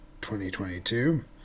2022